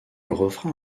refrain